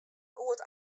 goed